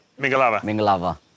Mingalava